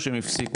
או שהם הפסיקו,